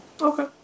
Okay